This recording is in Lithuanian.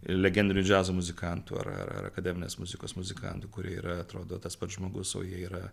legendinių džiazo muzikantų ar ar akademinės muzikos muzikantų kurie yra atrodo tas pats žmogus o jie yra